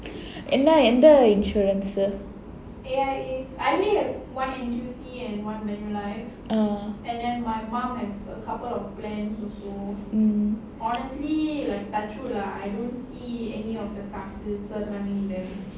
என்ன எந்த:enna endha insurance ah mm